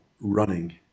running